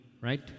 Right